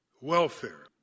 welfare